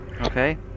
Okay